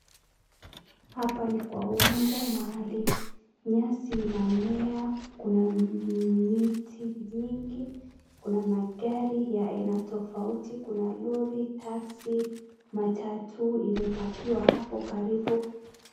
Hapa ni kwa uwanja mahali nyasi inamea, kuna miti nyingi, kuna magari ya aina tofauti, kuna lori, taxi , matatu imepakiwa hapo karibu.